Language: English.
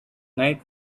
night